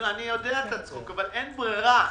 אין ברירה.